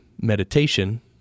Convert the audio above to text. meditation